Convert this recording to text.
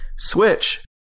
Switch